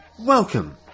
Welcome